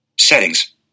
settings